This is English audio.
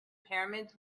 pyramids